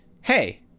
hey